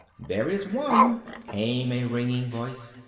there is one, came a ringing voice,